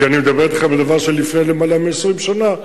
כי אני מדבר אתכם על דבר של לפני למעלה מ-20 שנה,